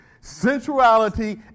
sensuality